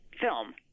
film